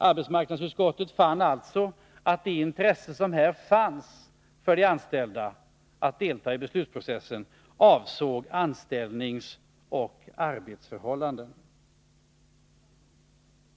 — Arbetsmarknadsutskottet fann alltså att de anställda endast kunde delta i beslutsprocessen i frågor som avsåg anställningsoch arbetsförhållanden.